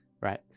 right